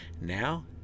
now